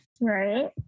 right